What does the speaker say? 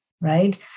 right